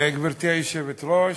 גברתי היושבת-ראש,